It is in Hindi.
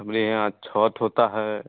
हमारे यहाँ छठ होता है